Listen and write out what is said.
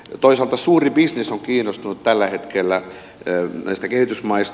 toisaalta suuri bisnes on kiinnostunut tällä hetkellä kehitysmaista